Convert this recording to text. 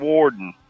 Warden